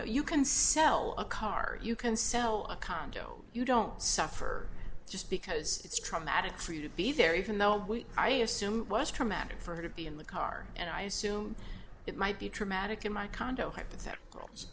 know you can sell a car you can sell a condo you don't suffer just because it's traumatic for you to be there even though i assume it was traumatic for her to be in the car and i assume it might be traumatic in my condo hypotheticals